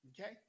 okay